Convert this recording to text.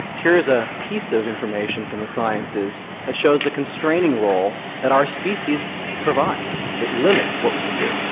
here's a piece of information from the sciences that shows the constraining rule that our species provides, it limits what we can do.